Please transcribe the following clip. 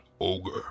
ogre